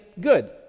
good